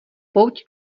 pouť